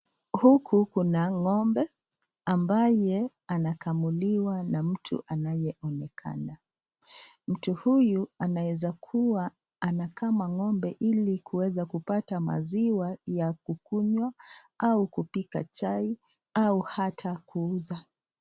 Huku kuna ng'ombe ambaye anakamuliwa na mtu anayeonekana. Mtu huyu anaeza kuwa anakama ng'ombe ili kuweza kupata maziwa ya kukunywa au kupika chai au hata kuuza.